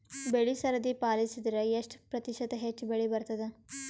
ಬೆಳಿ ಸರದಿ ಪಾಲಸಿದರ ಎಷ್ಟ ಪ್ರತಿಶತ ಹೆಚ್ಚ ಬೆಳಿ ಬರತದ?